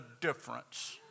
difference